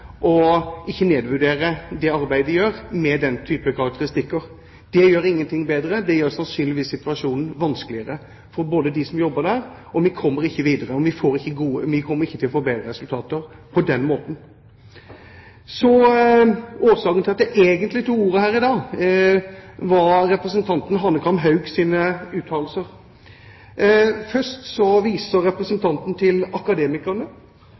og ikke nedvurdere det arbeidet de gjør, med den typen karakteristikker. Det gjør ingenting bedre. Det gjør sannsynligvis situasjonen vanskeligere for dem som arbeider der. Vi kommer ikke videre, og vi kommer ikke til å få bedre resultater på den måten. Den egentlige årsaken til at jeg tok ordet her i dag, var representanten Hanekamhaugs uttalelser. Først viser representanten til Akademikerne.